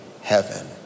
heaven